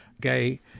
gay